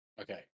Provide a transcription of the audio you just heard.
Okay